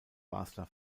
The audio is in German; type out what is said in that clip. basler